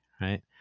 right